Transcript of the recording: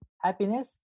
Happiness